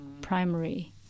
primary